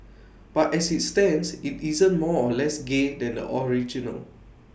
but as IT stands IT isn't more or less gay than the original